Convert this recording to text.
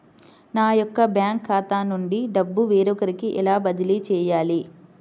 నా యొక్క బ్యాంకు ఖాతా నుండి డబ్బు వేరొకరికి ఎలా బదిలీ చేయాలి?